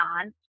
on